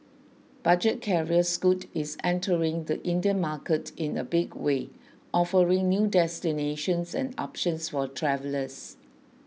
budget carrier Scoot is entering the Indian market in a big way offering new destinations and options for travellers